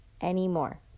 anymore